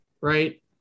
Right